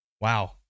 Wow